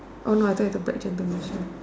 no I don't have the black gentleman shoe